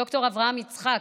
ד"ר אברהם יצחק,